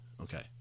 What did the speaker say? Okay